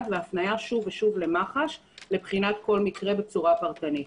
והפניה שוב ושוב למח"ש לבחינת כל מקרה בצורה פרטנית.